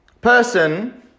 person